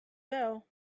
bell